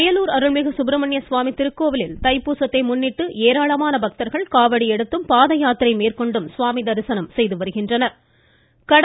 வயலூர் அருள்மிகு சுப்பிரமணியசுவாமி திருக்கோவிலில் தைப்பூசத்தை முன்னிட்டு ஏராளமான பக்தர்கள் காவடி எடுத்தும் பாத யாத்திரை மேற்கொண்டும் சுவாமி தரிசனம் செய்து வருகின்றன்